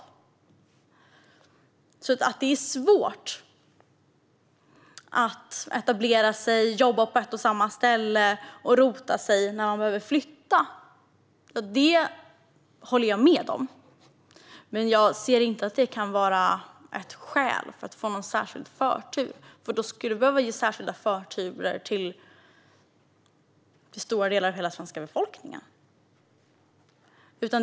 Jag håller med om att det är svårt att etablera sig och jobba på ett och samma ställe samt att det är svårt att rota sig när man behöver flytta, men jag ser inte att detta kan vara ett skäl för att få någon särskild förtur. Då skulle vi behöva ge särskild förtur till stora delar av hela den svenska befolkningen.